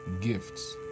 gifts